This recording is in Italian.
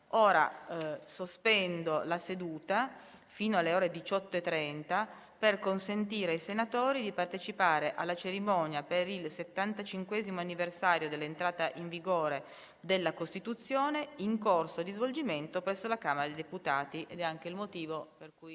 sospendo ora la seduta fino alle ore 18,30, per consentire ai senatori di partecipare alla cerimonia per il settantacinquesimo anniversario dell'entrata in vigore della Costituzione, in corso di svolgimento presso la Camera dei deputati. È questo anche il motivo per cui